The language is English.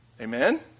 Amen